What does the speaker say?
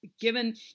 given